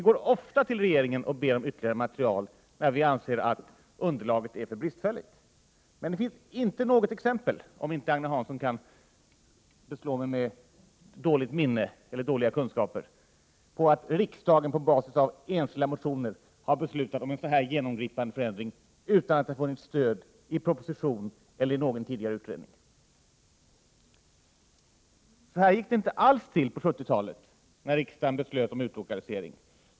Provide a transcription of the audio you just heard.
När vi i riksdagen anser att ett underlag är för bristfälligt går vi ofta till regeringen och ber om ytterligare material. Det finns inte något exempel — om inte Agne Hansson kan beslå mig med dåligt minne eller dåliga kunskaper — på att riksdagen på basis av enskilda motioner har beslutat om en så här genomgripande förändring utan att det har funnits stöd i en proposition eller i någon tidigare utredning. Så här gick det inte alls till på 70-talet, när riksdagen beslöt om utlokalisering.